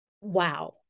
wow